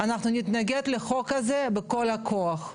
אנחנו נתנגד לחוק הזה בכל הכוח.